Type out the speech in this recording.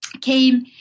came